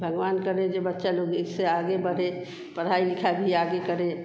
भगवान करे ये बच्चे लोग इससे आगे बढ़े पढ़ाई लिखाई भी आगे करें